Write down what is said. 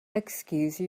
excuse